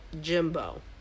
Jimbo